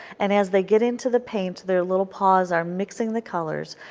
and as they get into the paint, their little paws are mixing the colors,